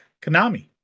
Konami